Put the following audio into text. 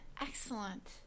excellent